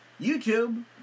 YouTube